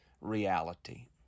reality